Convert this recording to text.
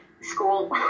school